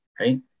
Right